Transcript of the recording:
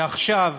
ועכשיו,